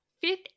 fifth